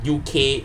U_K